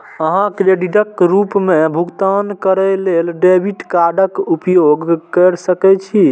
अहां क्रेडिटक रूप मे भुगतान करै लेल डेबिट कार्डक उपयोग कैर सकै छी